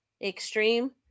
extreme